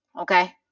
okay